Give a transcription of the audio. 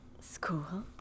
School